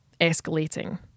escalating